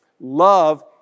Love